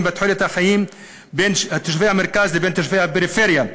בתוחלת החיים בין תושבי המרכז לבין תושבי הפריפריה.